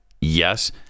Yes